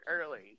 early